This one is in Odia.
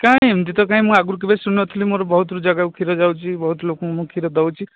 କାଇଁ ଏମିତି ତ କାଇଁ ମୁଁ ଆଗରୁ କେବେ ଶୁଣିନଥିଲି ମୋର ବହୁତ ଜାଗାକୁ କ୍ଷୀର ଯାଉଛି ବହୁତ ଲୋକଙ୍କୁ କ୍ଷୀର ଦେଉଛି